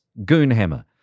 Goonhammer